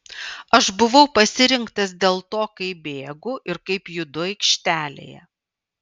aš buvau pasirinktas dėl to kaip bėgu ir kaip judu aikštelėje